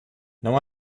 não